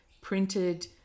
printed